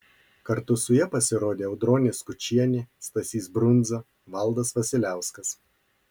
kartu su ja pasirodė audronė skučienė stasys brundza valdas vasiliauskas